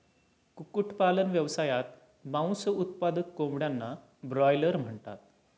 कुक्कुटपालन व्यवसायात, मांस उत्पादक कोंबड्यांना ब्रॉयलर म्हणतात